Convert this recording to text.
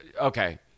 Okay